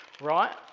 right